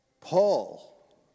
Paul